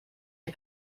wie